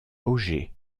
auger